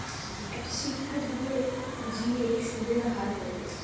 একটা শিক্ষা ঋণের জিনে সুদের হার কত?